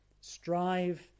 Strive